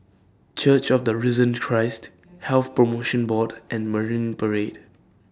Church of The Risen Christ Health promotion Board and Marine Parade